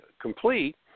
complete